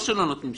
לא שלא נותנים,